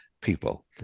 people